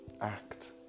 act